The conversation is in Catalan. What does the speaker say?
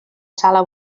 sala